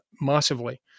massively